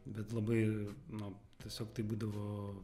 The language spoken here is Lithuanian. bet labai nu tiesiog tai būdavo